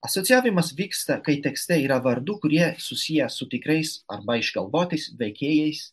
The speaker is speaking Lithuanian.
asocijavimas vyksta kai tekste yra vardų kurie susiję su tikrais arba išgalvotais veikėjais